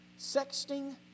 sexting